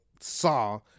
saw